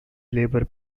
labour